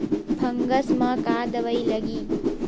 Fungus म का दवाई लगी?